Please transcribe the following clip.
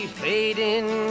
fading